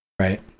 Right